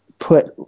Put